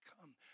come